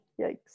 yikes